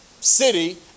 city